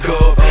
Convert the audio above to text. up